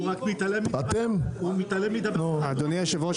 אדוני היושב-ראש,